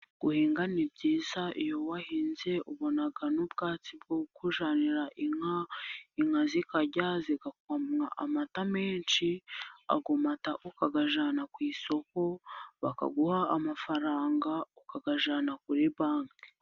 Guhinga ni byiza, iyo wahinze ubonaga n'ubwatsi bwo kujyanira inka, inka zikarya zigakamwa amata menshi amata ukayajyana ku isoko bakaguha amafaranga ukagajyana kuri banki.